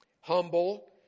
humble